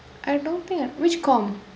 I don't think I which comm